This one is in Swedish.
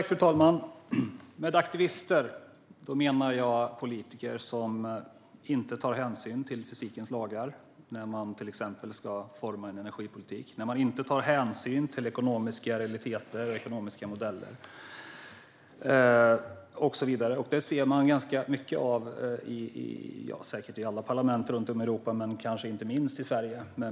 Fru talman! Med aktivister menar jag politiker som inte tar hänsyn till fysikens lagar när till exempel en energipolitik ska utformas och som inte tar hänsyn till ekonomiska realiteter och modeller och så vidare. Detta ser man ganska mycket av, säkert i alla parlament runt om i Europa men kanske inte minst i Sverige.